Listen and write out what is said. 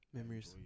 Memories